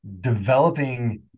developing